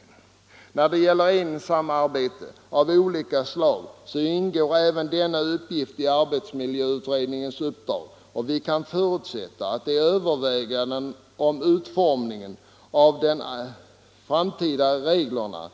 En granskning av förhållandena för ensamarbetare av olika slag ingår i arbetsmiljöutredningens uppdrag, och vi kan förutsätta att utformningen av de framtida reglerna